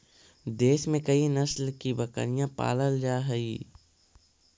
देश में कई नस्ल की बकरियाँ पालल जा हई